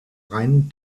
reinen